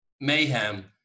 mayhem